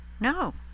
No